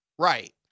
Right